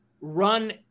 run